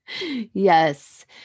Yes